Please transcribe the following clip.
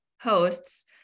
hosts